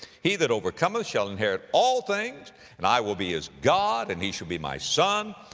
he that overcometh shall inherit all things and i will be his god, and he shall be my son.